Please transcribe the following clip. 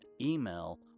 email